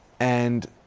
and.